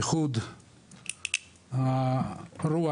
איחוד הרוח.